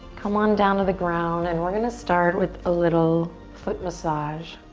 come on down to the ground and we're gonna start with a little foot massage.